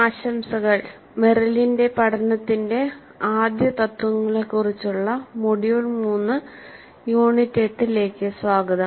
ആശംസകൾ മെറിലിന്റെ പഠനത്തിന്റെ ആദ്യ തത്വങ്ങളെക്കുറിച്ചുള്ള മൊഡ്യൂൾ 3 യൂണിറ്റ് 8 ലേക്ക് സ്വാഗതം